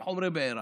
עם חומרי בעירה.